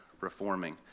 reforming